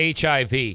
HIV